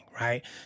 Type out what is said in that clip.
Right